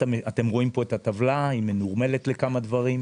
אתם רואים פה את הטבלה, היא מנורמלת לכמה דברים.